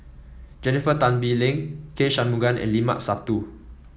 Jennifer Tan Bee Leng K Shanmugam and Limat Sabtu